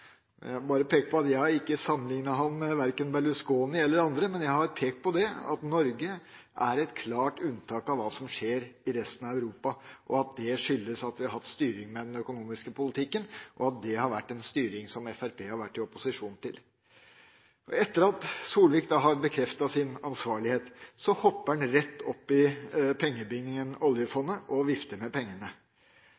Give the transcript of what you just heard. Jeg vil bare peke på at jeg ikke har sammenliknet ham med verken Berlusconi eller andre, men jeg har pekt på at Norge er et klart unntak fra hva som skjer i resten av Europa. Det skyldes at vi har hatt styring med den økonomiske politikken, og det har vært en styring som Fremskrittspartiet har vært i opposisjon til. Etter at Solvik-Olsen har bekreftet sin ansvarlighet, hopper han rett